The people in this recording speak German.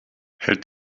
hält